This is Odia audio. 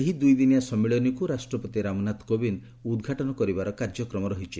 ଏହି ଦୁଇ ଦିନିଆ ସମ୍ମିଳନୀକୁ ରାଷ୍ଟ୍ରପତି ରାମନାଥ କୋବିନ୍ଦ୍ ଉଦ୍ଘାଟନ କରିବାର କାର୍ଯ୍ୟକ୍ରମ ରହିଛି